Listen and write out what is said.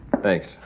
Thanks